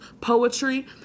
poetry